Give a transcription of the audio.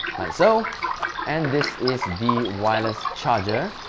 like so and this is the wireless charger